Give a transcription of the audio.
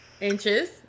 inches